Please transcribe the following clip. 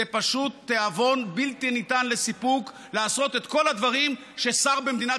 זה פשוט תיאבון בלתי ניתן לסיפוק לעשות את כל הדברים ששר במדינת